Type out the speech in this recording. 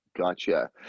gotcha